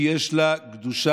כי יש לה קדֻשה.